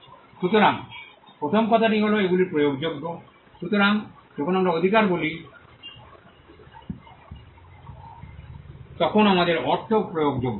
সুতরাং প্রথম কথাটি হল এগুলি প্রয়োগযোগ্য সুতরাং যখন আমরা অধিকার বলি তখন আমাদের অর্থ প্রয়োগযোগ্য